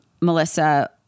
Melissa